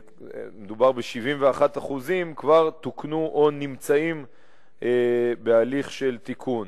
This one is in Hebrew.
מדובר ב-71% כבר תוקנו או נמצאים בהליך של תיקון.